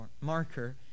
marker